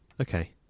okay